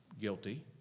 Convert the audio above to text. guilty